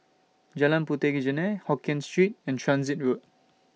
Jalan Puteh Jerneh Hokkien Street and Transit Road